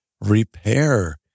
repair